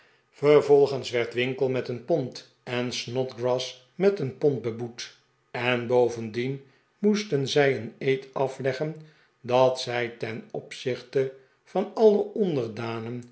vervolgens werd winkle met een pond en snodgrass met een pond beboet en bovendien moesten zij een eed afleggen dat zij ten opzichte van alle